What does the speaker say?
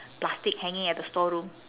plastic hanging at the store room